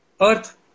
Earth